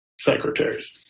secretaries